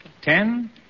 Ten